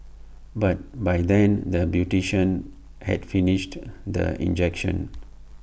but by then the beautician had finished the injection